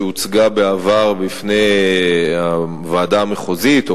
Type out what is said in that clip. שהוצגה בעבר בפני הוועדה המחוזית או